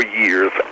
years